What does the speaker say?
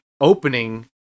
opening